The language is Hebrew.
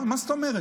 מה זאת אומרת?